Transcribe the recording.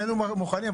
היינו מוכנים,